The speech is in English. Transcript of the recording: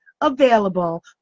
available